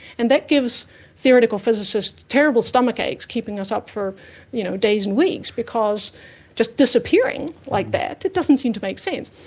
and that gives theoretical physicists terrible stomach aches, keeping us up for you know days and weeks, because just disappearing like that, it doesn't seem to make sense.